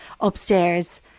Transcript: upstairs